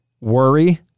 worry